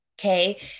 okay